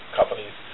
companies